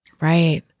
Right